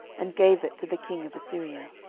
and gave it to the king of assyria.